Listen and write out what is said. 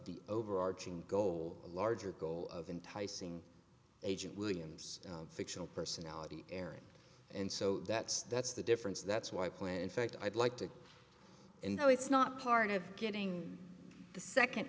the overarching goal a larger goal of entice ing agent williams fictional personality area and so that's that's the difference that's why i plan in fact i'd like to know it's not part of getting the second